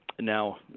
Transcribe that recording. Now